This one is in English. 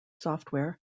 software